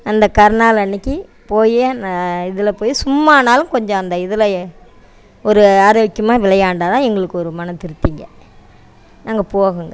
அந்த கரிநாள் அன்றைக்கி போய் நான் இதில் போய் சும்மானாலும் கொஞ்சம் அந்த இதில் ஏ ஒரு ஆரோக்கியமாக விளையாண்டா தான் எங்களுக்கு ஒரு மனம் திருப்திங்க நாங்கள் போவோங்க